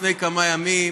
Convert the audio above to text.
לפני כמה ימים,